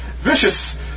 vicious